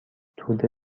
توده